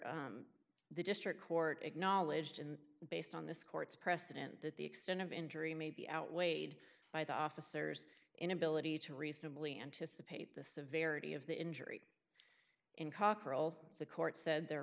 however the district court acknowledged in based on this court's precedent that the extent of injury may be outweighed by the officers inability to reasonably anticipate the severity of the injury in cockrell the court said there